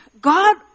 God